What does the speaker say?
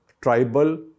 tribal